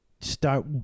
Start